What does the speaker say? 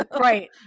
right